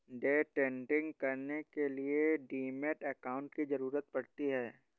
day trading करने के लिए डीमैट अकांउट की जरूरत पड़ती है